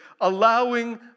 allowing